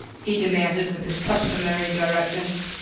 he demanded with his customary directness.